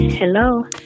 Hello